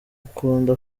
ukunda